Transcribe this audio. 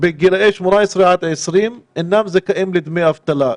בגילאי 18 עד 20 אינם זכאים לדמי אבטלה,